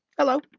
hello.